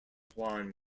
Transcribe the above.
juan